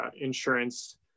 insurance